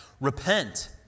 Repent